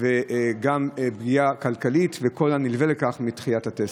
וגם פגיעה כלכלית וכל הנלווה לכך מדחיית הטסטים?